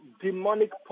demonic